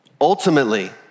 Ultimately